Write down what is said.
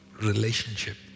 relationship